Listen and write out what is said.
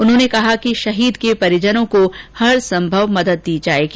उन्होंने कहा कि शहीद के परिजनों को हर संभव मदद दी जाएगी